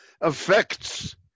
affects